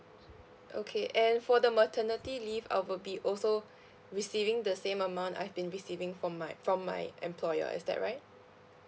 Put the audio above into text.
okay and for the maternity leave I will be also receiving the same amount I've been receiving from my from my employer is that right